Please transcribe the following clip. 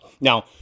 Now